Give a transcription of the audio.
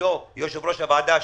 וכבודו יושב-ראש הוועדה,